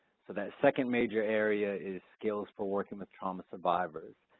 so that second major area is skills for working with trauma survivors.